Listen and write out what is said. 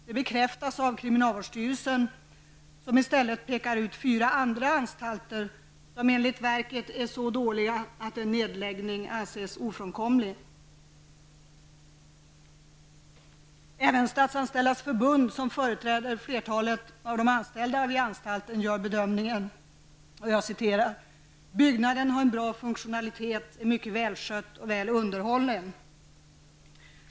Det bekräftas av kriminalvårdsstyrelsen, som i stället pekar ut fyra andra anstalter som enligt verket är i så dåligt skick att en nedläggning är ofrånkomlig. Även Statsanställdas förbund, som företräder flertalet av de anställda vid anstalten, gör denna bedömning. Man anser att byggnaden har en bra funktionalitet, är mycket välskött och väl underhållen.